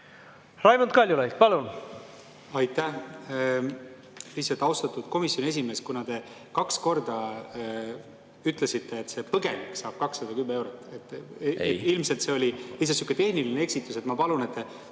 Raimond Kaljulaid, palun!